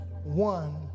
one